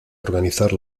organizar